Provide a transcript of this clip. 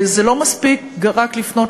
זה לא מספיק רק לפנות,